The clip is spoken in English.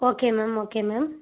okay ma'am okay ma'am